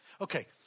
Okay